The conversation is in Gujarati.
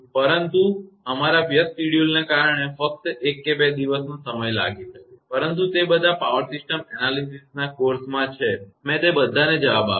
પરંતુ અમારા વ્યસ્ત શેડ્યૂલને કારણે ફક્ત એક કે બે દિવસનો સમય લાગી શકે છે પરંતુ તે બધા પાવર સિસ્ટમ એનાલીસીસના કોર્સમાં છે મેં તે બધાને જવાબ આપ્યો